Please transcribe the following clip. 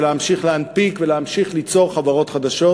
ולהמשיך להנפיק ולהמשיך ליצור חברות חדשות,